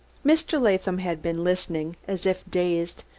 mr. latham had been listening, as if dazed,